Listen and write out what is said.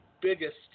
biggest